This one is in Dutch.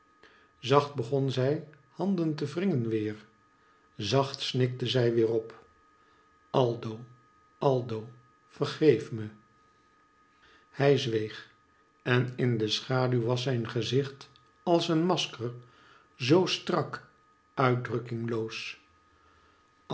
zacht begon zij handen te wringen weer zacht snikte zij weer op aldo aldo vergeef me hij zweeg en in de schaduw was zijn gezicht als een masker zoo strak uitdrukkingloos